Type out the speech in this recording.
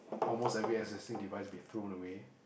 almost every existing device be thrown away